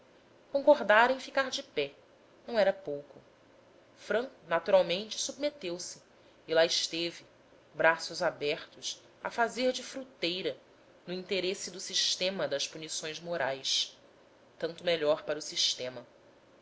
em ficar de pé não era pouco franco naturalmente submeteu se e lá esteve braços abertos a fazer de fruteira no interesse do sistema das punições morais tanto melhor para o sistema